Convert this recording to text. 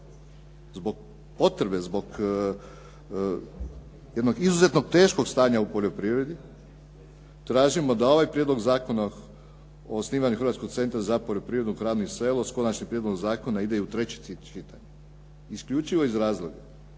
zbog potrebe, zbog jednog izuzetnog teškog stanja u poljoprivredi tražimo da ovaj Prijedlog zakona o osnivanju Hrvatskog centra za poljoprivredu, hranu i selo sa konačnim prijedlogom zakona ide i u treće čitanje, isključivo iz razloga